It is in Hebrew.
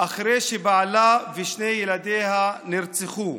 אחרי שבעלה ושני ילדיה נרצחו.